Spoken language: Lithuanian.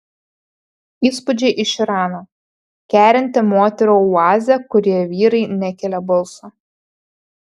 įspūdžiai iš irano kerinti moterų oazė kurioje vyrai nekelia balso